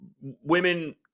women